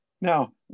Now